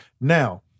Now